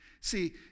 See